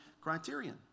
criterion